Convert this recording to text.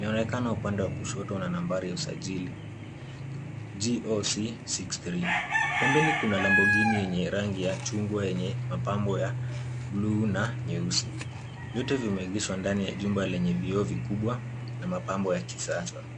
yaonekana upande wa kushoto na nambari ya usajili GOC 63. Pembeni kuna lamborghini yenye rangi ya chungwa yenye mapambo ya bluu na nyeusi. Vyote vimeegeshwa ndani ya jumba lenye vioo vikubwa na mapambo ya kisasa.